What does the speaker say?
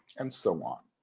and so on.